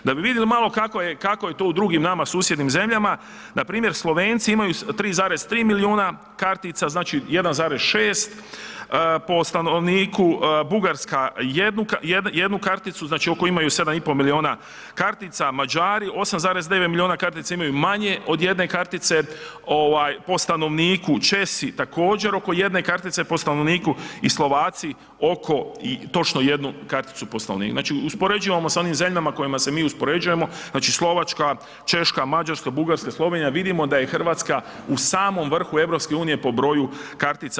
Da bi vidili malo kako je, kako je to u drugim nama susjednim zemljama, npr. Slovenci imaju 3,3 milijuna kartica, znači 1,6 po stanovniku, Bugarska jednu karticu, znači oko imaju 7,5 milijuna kartica, Mađari 8,9 milijuna kartica imaju manje od jedne kartice ovaj po stanovniku, Česi također oko jedne kartice po stanovniku i Slovaci oko točno jednu karticu po stanovniku, znači uspoređujemo sa onim zemljama s kojima se mi uspoređujemo, znači Slovačka, Češka, Mađarska, Bugarska, Slovenija, vidimo da je RH u samom vrhu EU po broju kartica.